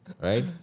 Right